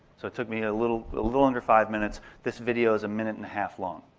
so it took me a little little under five minutes, this video is a minute and a half long.